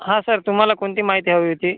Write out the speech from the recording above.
हा सर तुम्हाला कोणती माहिती हवी होती